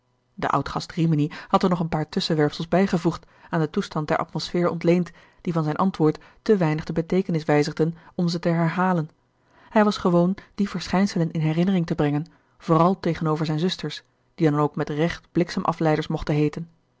de oudgast rimini had er nog een paar tusschenwerpsels bijgevoegd aan den toestand der atmospfeer ontleend die van zijn antwoord te weinig de beteekenis wijzigden om ze te herhalen hij was gewoon die verschijnselen in herinnering te brengen vooral tegenover zijne zusters die dan ook met recht bliksemafleiders mochten heeten